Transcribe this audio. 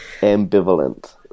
ambivalent